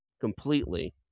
completely